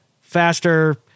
faster